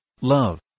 love